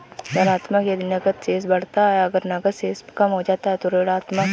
धनात्मक यदि नकद शेष बढ़ता है, अगर नकद शेष कम हो जाता है तो ऋणात्मक